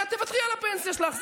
תוותרי על הפנסיה שלך,